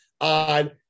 on